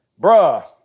bruh